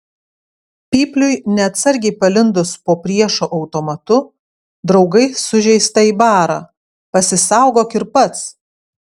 pypliui neatsargiai palindus po priešo automatu draugai sužeistąjį bara pasisaugok ir pats